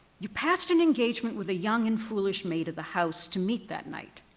you passed an engagement with a young and foolish maid of the house to meet that night.